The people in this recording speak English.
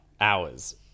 hours